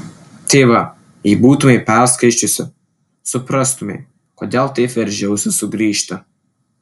tai va jei būtumei perskaičiusi suprastumei kodėl taip veržiausi sugrįžti